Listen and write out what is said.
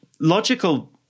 logical